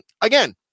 again